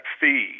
fee